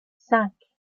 cinq